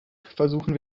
versuchen